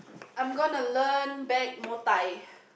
I'm gonna learn back Muay-Thai